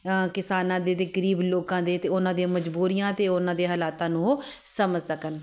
ਕਿਸਾਨਾਂ ਦੇ ਅਤੇ ਗਰੀਬ ਲੋਕਾਂ ਦੇ ਅਤੇ ਉਹਨਾਂ ਦੀਆਂ ਮਜ਼ਬੂਰੀਆਂ ਅਤੇ ਉਹਨਾਂ ਦੇ ਹਾਲਾਤਾਂ ਨੂੰ ਉਹ ਸਮਝ ਸਕਣ